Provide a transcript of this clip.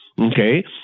okay